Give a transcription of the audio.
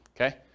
okay